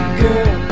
girl